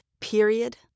Period